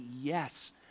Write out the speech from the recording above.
yes